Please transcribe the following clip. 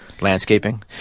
landscaping